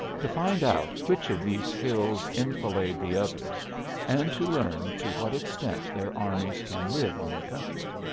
to find out which of these hills enfilade the others and to learn to what extent their armies can live on the country.